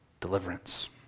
deliverance